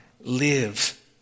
live